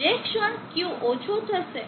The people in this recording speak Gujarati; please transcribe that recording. જે ક્ષણ Q ઓછો થશે